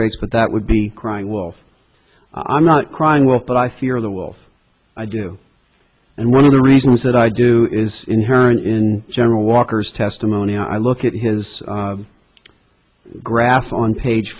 rates but that would be crying wolf i'm not crying wolf but i fear the world i do and one of the reasons that i do is inherent in general walker's testimony i look at his graph on page